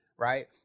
right